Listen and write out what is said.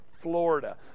Florida